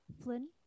Flynn